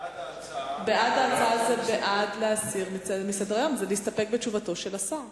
בעד ההצעה זה בעד להסיר מסדר-היום ולהסתפק בתשובתו של השר.